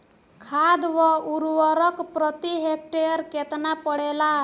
खाध व उर्वरक प्रति हेक्टेयर केतना पड़ेला?